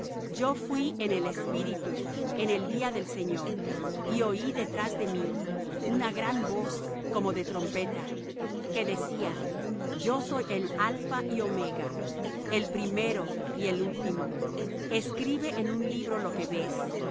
yo fuí en el espíritu en el día del señor y oí detrás de mí una gran voz como de trompeta que decía yo soy el alpha y omega el primero y el último escribe en un libro lo que ves